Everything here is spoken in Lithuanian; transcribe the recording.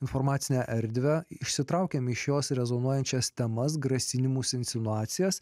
informacinę erdvę išsitraukiame iš jos rezonuojančias temas grasinimus insinuacijas